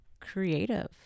creative